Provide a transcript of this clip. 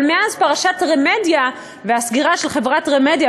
אבל מאז פרשת "רמדיה", והסגירה של חברת "רמדיה"